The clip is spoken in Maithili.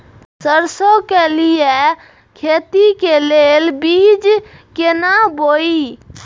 सरसों के लिए खेती के लेल बीज केना बोई?